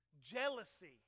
Jealousy